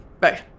Bye